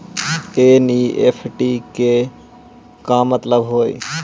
NEFT के कि मतलब होइ?